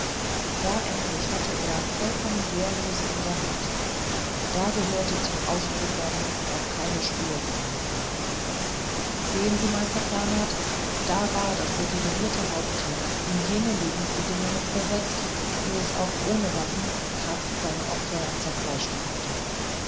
da endlich hatte er vollkommen wehrlose in der hand da gehörte zum ausplündern auch keine spur von mut mehr sehen sie meister pernath da war das degenerierte raubtier in jene lebensbedingungen versetzt wo es auch ohne waffe und kraft seine opfer zerfleischen konnte